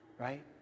Right